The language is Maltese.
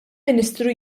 ministru